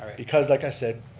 because like i said,